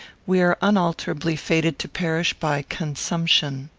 we are unalterably fated to perish by consumption.